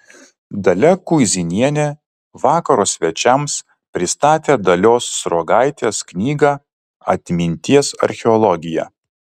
dalia kuizinienė vakaro svečiams pristatė dalios sruogaitės knygą atminties archeologija